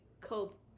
cope